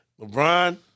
LeBron